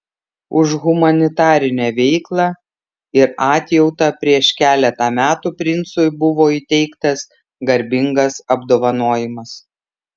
už humanitarinę veiklą ir atjautą prieš keletą metų princui buvo įteiktas garbingas apdovanojimas